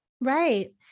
Right